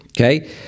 Okay